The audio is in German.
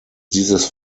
dieses